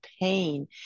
pain